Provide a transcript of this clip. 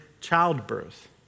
childbirth